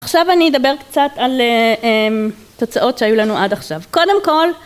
עכשיו אני אדבר קצת על תוצאות שהיו לנו עד עכשיו קודם כל